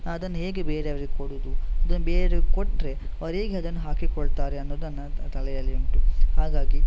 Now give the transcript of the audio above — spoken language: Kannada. ಅದನ್ನ ಹೇಗೆ ಬೇರೆಯವರಿಗೆ ಕೊಡೋದು ಇದನ್ನ ಬೇರೆಯವರಿಗೆ ಕೊಟ್ಟರೆ ಅವರು ಹೇಗೆ ಅದನ್ನ ಹಾಕಿ ಕೊಳ್ತಾರೆ ಅನ್ನೋದನ್ನು ತಲೆಯಲ್ಲಿ ಉಂಟು ಹಾಗಾಗಿ